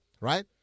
right